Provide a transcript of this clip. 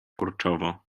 kurczowo